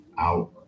out